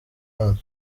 abana